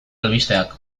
albisteak